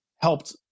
helped